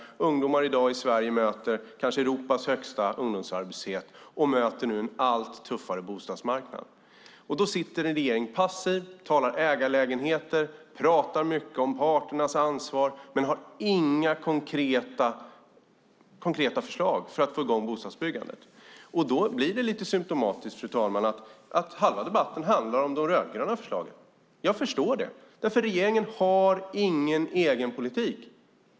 Ungdomar i dag i Sverige möter Europas kanske högsta ungdomsarbetslöshet och möter nu en allt tuffare bostadsmarknad. Regeringen sitter då passiv och talar om ägarlägenheter. Man talar mycket om parternas ansvar men har inga konkreta förslag för att få i gång bostadsbygganden. Det blir lite därför symtomatiskt att halva debatten handlar om de rödgröna förslagen. Jag förstår det. Regeringen har ingen egen politik.